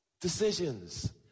Decisions